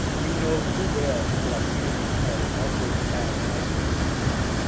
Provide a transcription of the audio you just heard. we know too well that our students also have housing insecurity.